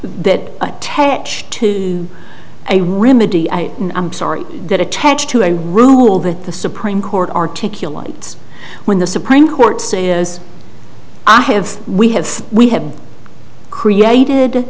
that attach to a remedy i am sorry that attach to a rule that the supreme court articulates when the supreme court says i have we have we have created